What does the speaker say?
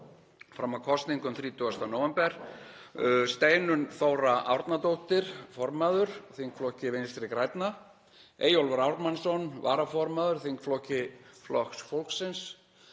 fram að kosningum 30. nóvember, voru Steinunn Þóra Árnadóttir formaður, þingflokki Vinstri grænna, Eyjólfur Ármannsson varaformaður, þingflokki Flokks fólksins,